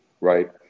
right